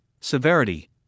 severity